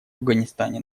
афганистане